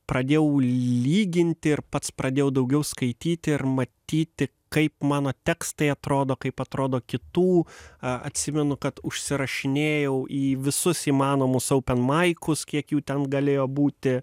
pradėjau lyginti ir pats pradėjau daugiau skaityti ir matyti kaip mano tekstai atrodo kaip atrodo kitų atsimenu kad užsirašinėjau į visus įmanomus aupen maikus kiek jų ten galėjo būti